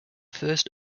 first